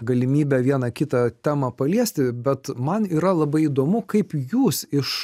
galimybę vieną kitą temą paliesti bet man yra labai įdomu kaip jūs iš